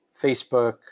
facebook